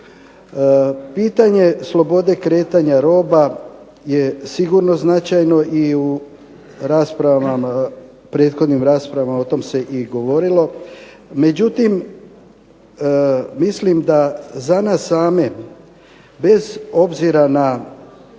Pitanje slobode kretanja roba je sigurno značajno i u prethodnim raspravama o tome se i govorilo. Međutim, mislim da za nas same bez obzira na